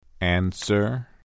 Answer